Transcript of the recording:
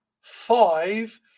five